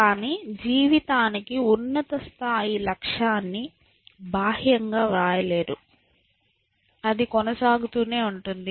కానీ జీవితానికి ఉన్నత స్థాయి లక్ష్యాన్నిబాహ్యంగా వ్రాయలేరు అది కొనసాగుతూనే ఉంటుంది